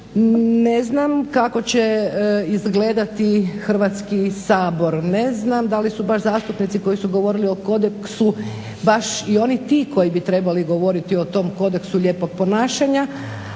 ne znam kako će izgledati Hrvatski sabor. Ne znam da li su baš zastupnici koji su govorili o kodeksu baš i oni ti koji bi trebali govoriti o tom Kodeksu lijepog ponašanja.